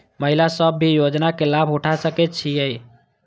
महिला सब भी योजना के लाभ उठा सके छिईय?